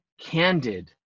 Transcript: candid